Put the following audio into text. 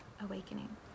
awakening